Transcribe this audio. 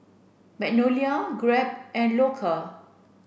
Magnolia Grab and Loacker